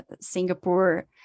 singapore